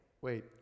wait